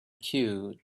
queue